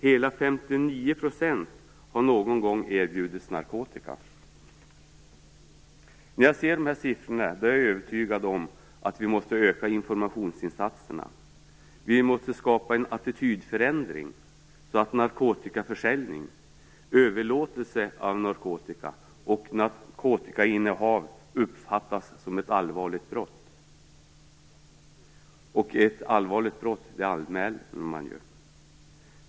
Hela 59 % har någon gång erbjudits narkotika. När jag ser de här siffrorna är jag övertygad om att vi måste öka informationsinsatserna. Vi måste skapa en attitydförändring så att narkotikaförsäljning, överlåtelse av narkotika och narkotikainnehav uppfattas som ett allvarligt brott. Ett allvarligt brott anmäls ju.